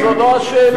זו לא השאלה.